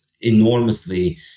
enormously